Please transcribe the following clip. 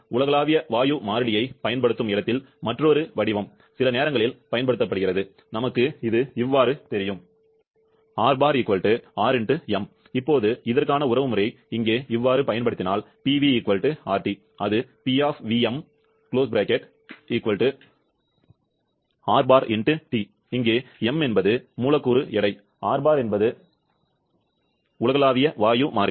உலகளாவிய வாயு மாறிலியைப் பயன்படுத்தும் இடத்தில் மற்றொரு வடிவம் சில நேரங்களில் பயன்படுத்தப்படுகிறது நமக்கு இது தெரியும் இப்போது இதற்கான உறவை இங்கே பயன்படுத்தினால் Pv RT அது எங்கே M என்பது மூலக்கூறு எடை R bar என்பது உலகளாவிய வாயு மாறிலி